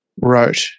wrote